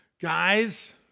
Guys